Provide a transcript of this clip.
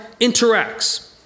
interacts